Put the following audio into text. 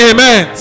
Amen